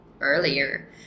earlier